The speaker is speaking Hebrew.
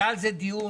היה על זה דיון.